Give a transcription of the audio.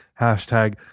Hashtag